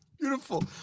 Beautiful